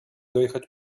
dojechać